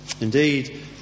indeed